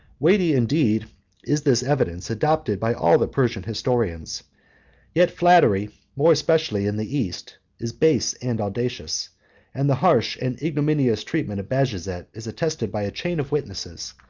weighty indeed is this evidence, adopted by all the persian histories yet flattery, more especially in the east, is base and audacious and the harsh and ignominious treatment of bajazet is attested by a chain of witnesses,